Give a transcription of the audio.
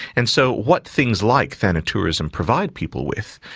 and so what things like thanatourism provide people with,